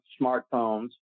smartphones